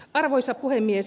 arvoisa puhemies